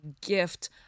gift